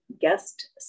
guest